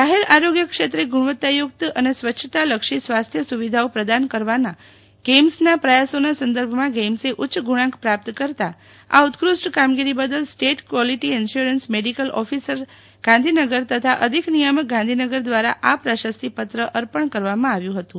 જાહેર આરોગ્ય ક્ષેત્રે ગુણવત્તાયુક્ત અને સ્વ ચ્છ્તાલક્ષી સ્વાસ્થ્ય સુવિધાઓ પ્રદાન કરવાના ગેઈમ્સના પ્રયાસોના સંદર્ભમાં ગેઈમ્સે ઉચ્ચગુણાંક પ્રાપ્ત કરતા આ ઉત્કૃષ્ટ કામગીરી બદલ state quality assurance medical officer Gandhinagar તથા અધિક નિયામક ગાંધીનગર દ્વારા આ પ્રશસ્તિપત્ર અર્પણ કરવામાં આવ્યું હતું